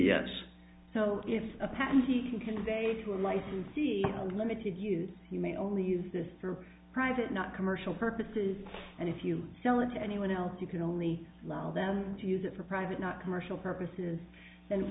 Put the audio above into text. c s so if a patent he can convey to or might see a limited use you may only use this for private not commercial purposes and if you sell it to anyone else you can only allow them to use it for private not commercial purposes and